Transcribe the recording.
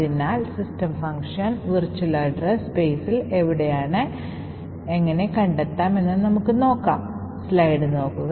അതിനാൽ system function virtual address സ്പേസിൽ എവിടെയാണെന്ന് എങ്ങനെ കണ്ടെത്താം എന്ന് നമുക്ക് നോക്കാം